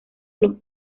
los